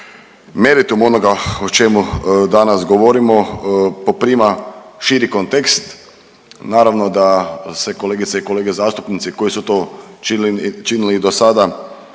meritum onoga o čemu danas govorimo poprima širi kontekst. Naravno da se kolegice i kolege zastupnici koji su to činili i dosada